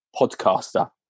podcaster